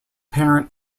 parent